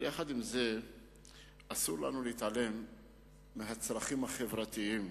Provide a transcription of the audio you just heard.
אבל עם זאת, אסור לנו להתעלם מהצרכים החברתיים,